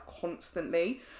constantly